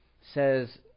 says